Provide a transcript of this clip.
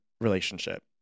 relationship